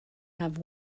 have